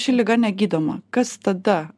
ši liga negydoma kas tada